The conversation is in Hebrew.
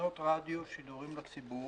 תחנות רדיו, שידורים לציבור.